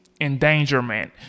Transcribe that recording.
endangerment